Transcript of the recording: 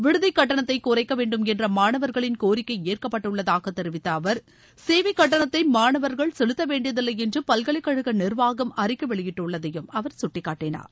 விடுதி கட்டணத்தை குறைக்க வேண்டுமென்ற மாணவர்களின் கோரிக்கை ஏற்கப்பட்டுள்ளதாக தெரிவித்த அவர் சேவை கட்டணத்தை மாணவர்கள் செலுத்த வேண்டியதில்லை என்று பல்கலைக்கழக நிர்வாகம் அறிக்கை வெளியிட்டுள்ளதையும் சுட்டிக்காட்டினார்